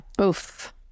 Oof